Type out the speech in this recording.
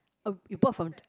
uh we bought from